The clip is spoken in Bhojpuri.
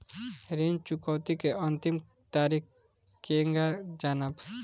ऋण चुकौती के अंतिम तारीख केगा जानब?